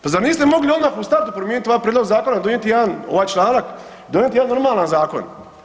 Pa zar niste mogli odmah u startu promijeniti ovaj prijedlog zakona i donijeti jedan, ovaj članak i donijeti jedan normalan zakon.